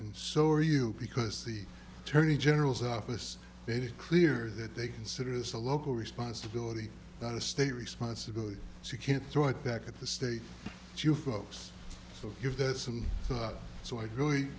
and so are you because the attorney general's office made it clear that they consider it as a local responsibility not a state responsibility so you can't throw it back at the state do you folks give that some so it really